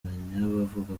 bavuga